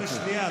אתה בשנייה.